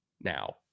now